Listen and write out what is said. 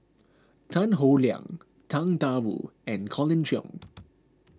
Tan Howe Liang Tang Da Wu and Colin Cheong